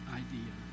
idea